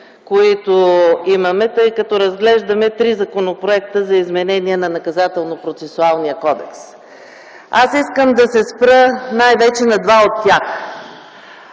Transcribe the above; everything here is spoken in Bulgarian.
нови теми, тъй като разглеждаме три законопроекта за изменение на Наказателно-процесуалния кодекс. Ще се спра най-вече на два от тях.